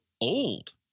old